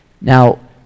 Now